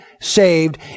saved